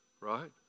right